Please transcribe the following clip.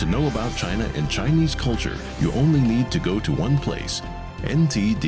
to know about china and chinese culture you only need to go to one place and